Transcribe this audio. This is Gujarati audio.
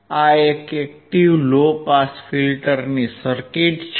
આ એક એક્ટીવ લો પાસ ફિલ્ટરની સર્કિટ છે